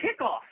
kickoff